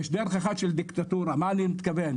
יש דרך אחת של דיקטטורה, מה אני מתכוון?